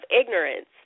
ignorance